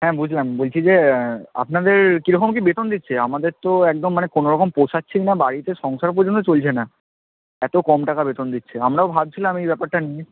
হ্যাঁ বুঝলাম বলছি যে আপনাদের কীরকম কী বেতন দিচ্ছে আমাদের তো একদম মানে কোনোরকম পোষাচ্ছেই না বাড়িতে সংসার পর্যন্ত চলছে না এত কম টাকা বেতন দিচ্ছে আমরাও ভাবছিলাম এই ব্যাপারটা নিয়ে